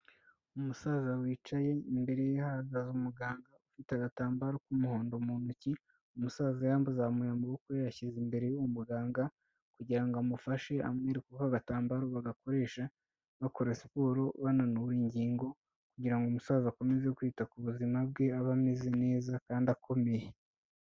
Umusaza wicaye, imbere ye hahagaze umuganga ufite agatambaro k'umuhondo mu ntoki, umusaza yazamuye amaboko ye yashyize imbere y'uwo muganga kugira ngo amufashe aho agatambaro bagakoresha bakora siporo, bananura ingingo kugira ngo umusaza akomeze kwita ku buzima bwe, abe ameze neza kandi akomeye.